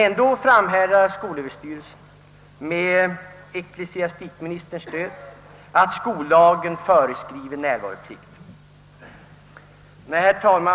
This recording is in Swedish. Ändå framhärdar skolöverstyrelsen med ecklesiastikministerns stöd, att skollagen föreskriver närvaroplikt.